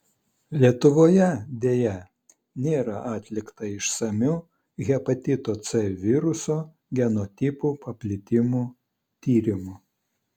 lietuvoje deja nėra atlikta išsamių hepatito c viruso genotipų paplitimo tyrimų